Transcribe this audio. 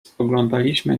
spoglądaliśmy